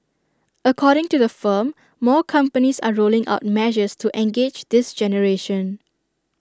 according to the firm more companies are rolling out measures to engage this generation